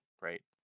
right